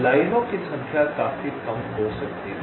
लाइनों की संख्या काफी कम हो सकती है